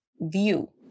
view